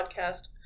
podcast